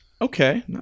Okay